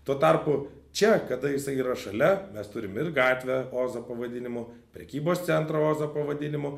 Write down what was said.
tuo tarpu čia kada jisai yra šalia mes turim ir gatvę ozo pavadinimu prekybos centrą ozo pavadinimu